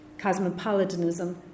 cosmopolitanism